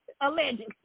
allegedly